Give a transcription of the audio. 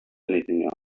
anything